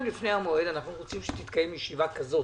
אנחנו רוצים שתתקיים ישיבה כזו